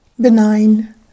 benign